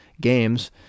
games